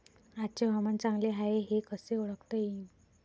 आजचे हवामान चांगले हाये हे कसे ओळखता येईन?